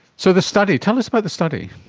so the study tell us about the study.